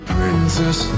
Princess